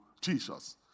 Jesus